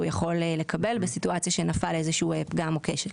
יכול לקבל בסיטואציה שנפל איזשהו פגם או כשל.